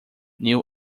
new